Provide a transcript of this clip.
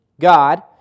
God